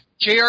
JR